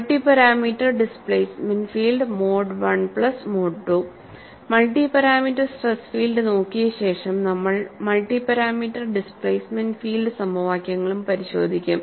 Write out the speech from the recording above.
multi parameter displacement field mode I mode II multi parameter stress field നോക്കിയ ശേഷം നമ്മൾ multi parameter displacement field സമവാക്യങ്ങളും പരിശോധിക്കും